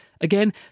Again